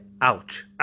ouch